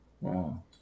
Wow